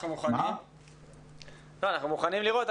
אנחנו מוכנים לראות.